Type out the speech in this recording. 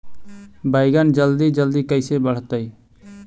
बैगन जल्दी जल्दी कैसे बढ़तै?